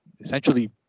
essentially